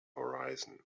horizon